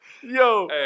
Yo